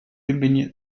имени